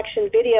video